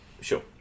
Sure